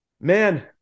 man